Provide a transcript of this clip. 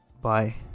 bye